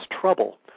trouble